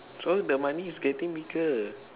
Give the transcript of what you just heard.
so the money is getting bigger